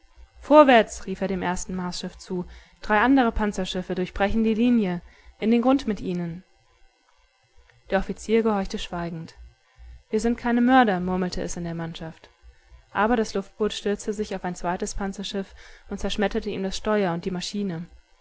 vorwärts rief er dem ersten marsschiff zu drei andere panzerschiffe durchbrechen die linie in den grund mit ihnen der offizier gehorchte schweigend wir sind keine mörder murmelte es in der mannschaft aber das luftboot stürzte sich auf ein zweites panzerschiff und zerschmetterte ihm das steuer und die maschine